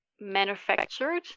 manufactured